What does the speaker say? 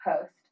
post